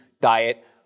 diet